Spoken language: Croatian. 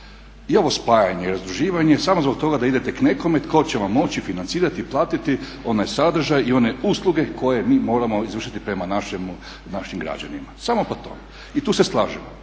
I ovo spajanje i razduživanje samo zbog toga da idete k nekome tko će vam moći financirati, platiti, onaj sadržaj i one usluge koje mi moramo izvršiti prema našim građanima. Samo po tome. I tu se slažemo.